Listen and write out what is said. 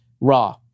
Raw